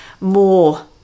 more